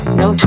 no